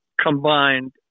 combined